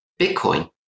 Bitcoin